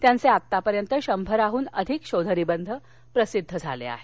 त्यांचे आत्तापर्यंत शंभराहून अधिक शोधनिबंध प्रसिद्ध झाले आहेत